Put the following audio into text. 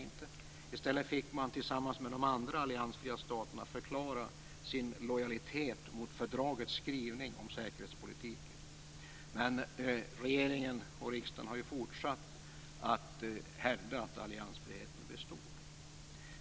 I stället fick man, tillsammans med de andra alliansfria staterna, förklara sin lojalitet mot fördragets skrivning om säkerhetspolitiken. Regering och riksdag har ändå fortsatt att hävda att alliansfriheten består.